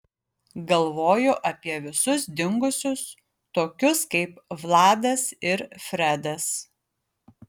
galvoju apie visus dingusius tokius kaip vladas ir fredas